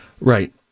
Right